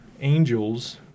angels